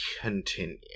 continue